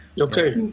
Okay